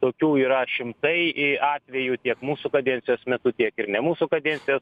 tokių yra šimtai i atvejų tiek mūsų kadencijos metu tiek ir ne mūsų kadencijos